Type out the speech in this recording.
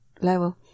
level